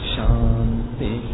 Shanti